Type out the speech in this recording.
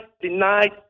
denied